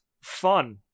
fun